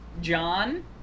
John